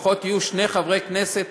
שלפחות יהיו שני חברי כנסת